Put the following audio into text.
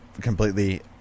completely